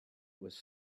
was